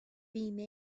بیمه